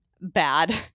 bad